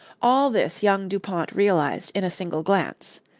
all this young dupont realized in a single glance.